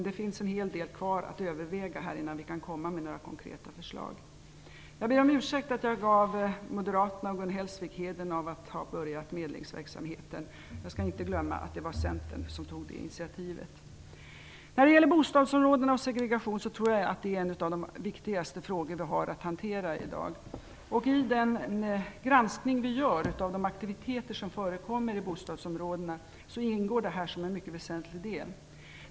Det finns en hel del kvar att överväga innan vi kan komma med några konkreta förslag. Jag ber om ursäkt för att jag gav moderaterna och Gun Hellsvik hedern för att ha initierat medlingsverksamheten. Jag skall inte glömma att det var Centern som tog det initiativet. Bostadsområdena och segregationen är en av de viktigaste frågor som vi i dag har att hantera. I den granskning som vi gör av de aktiviteter som förekommer i bostadsområdena ingår detta som en mycket väsentlig del.